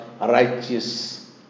righteous